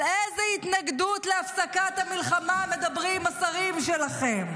על איזו התנגדות להפסקת המלחמה מדברים השרים שלכם?